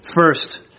First